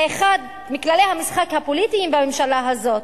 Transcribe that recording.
זה אחד מכללי המשחק הפוליטיים בממשלה הזאת,